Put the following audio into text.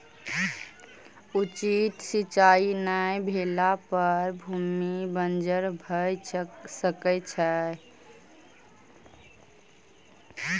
उचित सिचाई नै भेला पर भूमि बंजर भअ सकै छै